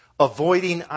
Avoiding